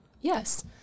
Yes